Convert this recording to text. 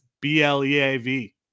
b-l-e-a-v